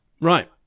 Right